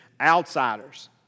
outsiders